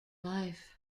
life